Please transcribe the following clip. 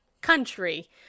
country